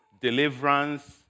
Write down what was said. Deliverance